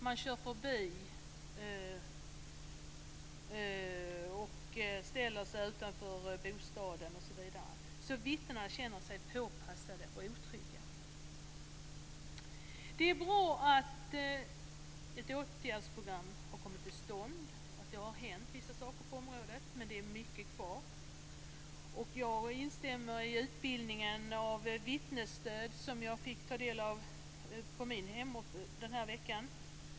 Man kör förbi och ställer sig utanför bostaden osv. Vittnena känner sig påpassade och otrygga. Det är bra att ett åtgärdsprogram har kommit till stånd och att det har hänt vissa saker på området, men det är mycket kvar. Jag instämmer om betydelsen av utbildning i vittnesstöd, något som jag fick ta del av på min hemort den här veckan.